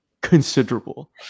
considerable